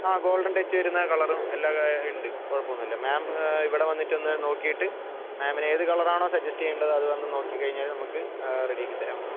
ആ golden touch വരുന്ന കളറും എല്ലാം ഉണ്ട് കുഴപ്പമൊന്നുമില്ല മാം ഇവിടെ വന്നിട്ടൊന്ന് നോക്കിയിട്ട് മാമിനു ഏതു കളറാണോ സജ്ജെസ്റ്റ് ചെയ്യേണ്ടത് അത് വന്നു നോക്കികഴിഞ്ഞാൽ നമ്മൾക്ക് റെഡിയാക്കിത്തരാം പറ്റും